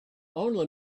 only